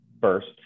first